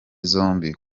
zombi